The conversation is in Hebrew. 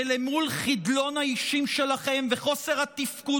ואל מול חדלון האישים שלכם וחוסר התפקוד